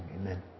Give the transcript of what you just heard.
Amen